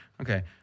Okay